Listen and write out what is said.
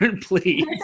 please